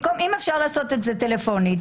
אם אפשר לעשות את זה טלפונית,